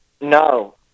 No